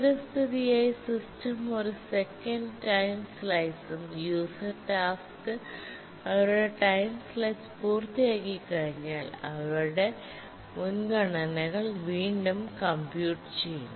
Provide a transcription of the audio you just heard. സ്ഥിരസ്ഥിതിയായി system ഒരു second time സ്ലൈസും user task അവരുടെ ടൈം സ്ലൈസ് പൂർത്തിയാക്കിക്കഴിഞ്ഞാൽ അവരുടെ മുൻഗണനകൾ വീണ്ടും കംപ്യൂട്ട് ചെയ്യുന്നു